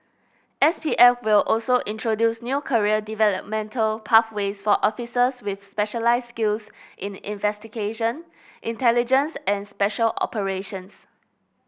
S P F will also introduce new career developmental pathways for officers with specialised skills in investigation intelligence and special operations